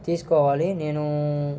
తీసుకోవాలి నేనూ